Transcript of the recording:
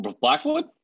blackwood